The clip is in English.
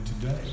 today